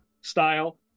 style